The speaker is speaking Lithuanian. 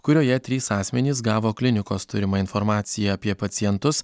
kurioje trys asmenys gavo klinikos turimą informaciją apie pacientus